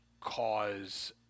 cause